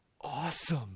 awesome